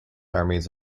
armies